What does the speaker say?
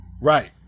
Right